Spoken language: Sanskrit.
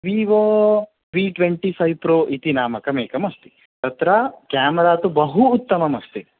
वीवो वि ट्वेन्टिफ़ै प्रो इति नामकमेकमस्ति तत्र केमरा तु बहु उत्तममस्ति